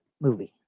movie